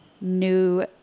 New